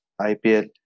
IPL